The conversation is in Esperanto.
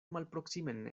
malproksimen